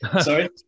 Sorry